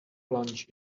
plunge